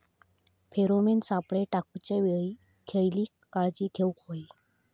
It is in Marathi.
फेरोमेन सापळे टाकूच्या वेळी खयली काळजी घेवूक व्हयी?